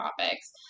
topics